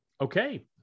Okay